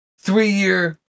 three-year